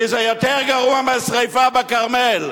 כי זה יותר גרוע מהשרפה בכרמל.